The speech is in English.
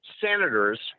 senators